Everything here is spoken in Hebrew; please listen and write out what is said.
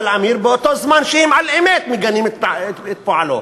עמיר בזמן שהם על-אמת מגינים את פועלו?